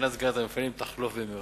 סכנת סגירת המפעלים תחלוף במהרה.